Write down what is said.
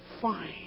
fine